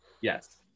Yes